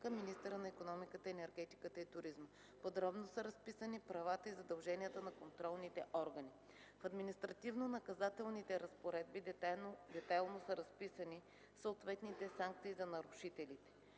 към министъра на икономиката, енергетиката и туризма. Подробно са разписани правата и задълженията на контролните органи. В административнонаказателните разпоредби детайлно са разписани съответните санкции за нарушителите.